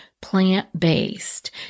plant-based